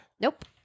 Nope